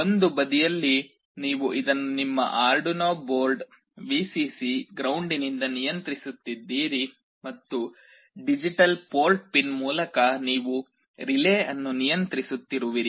ಒಂದು ಬದಿಯಲ್ಲಿ ನೀವು ಇದನ್ನು ನಿಮ್ಮ ಆರ್ಡುನೊ ಬೋರ್ಡ್ ವಿಸಿಸಿ ಗ್ರೌಂಡಿನಿಂದ ನಿಯಂತ್ರಿಸುತ್ತಿದ್ದೀರಿ ಮತ್ತು ಡಿಜಿಟಲ್ ಪೋರ್ಟ್ ಪಿನ್ ಮೂಲಕ ನೀವು ರಿಲೇ ಅನ್ನು ನಿಯಂತ್ರಿಸುತ್ತಿರುವಿರಿ